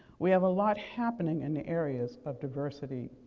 we have a lot happening in the areas of diversity,